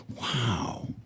Wow